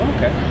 Okay